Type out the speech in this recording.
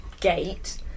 gate